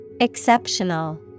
Exceptional